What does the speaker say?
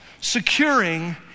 securing